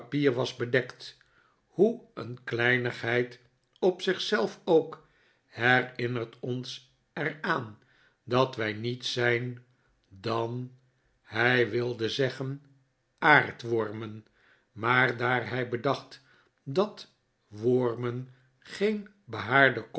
papier was bedekt hoe n kleihigheid op zich zelf ook herinnert ons er aan dat wij niets zijn dan hij wilde zeggen aardwormen maar daar hij bedacht dat wormen geen behaarde